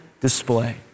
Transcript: display